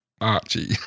Archie